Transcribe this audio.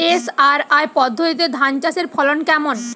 SRI পদ্ধতিতে ধান চাষের ফলন কেমন?